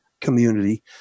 community